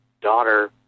daughter